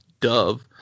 dove